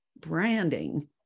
branding